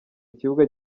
kibuga